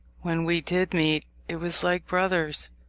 when we did meet it was like brothers.